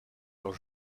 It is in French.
leurs